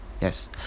Yes